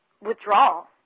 withdrawal